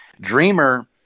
Dreamer